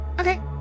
Okay